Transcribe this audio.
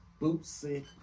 Bootsy